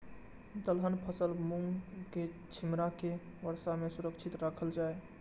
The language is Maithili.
दलहन फसल मूँग के छिमरा के वर्षा में सुरक्षित राखल जाय?